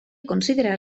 considerar